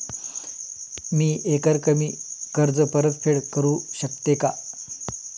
मी एकरकमी कर्ज परतफेड करू शकते का?